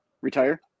retire